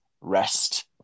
rest